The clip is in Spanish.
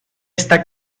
está